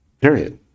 period